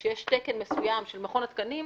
כשיש תקן מסוים של מכון התקנים,